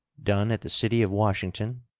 done at the city of washington,